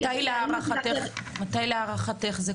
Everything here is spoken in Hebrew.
מתי להערכתך זה קורה?